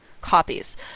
copies